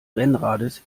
rennrades